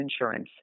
insurance